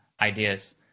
ideas